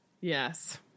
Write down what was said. Yes